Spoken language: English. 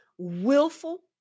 willful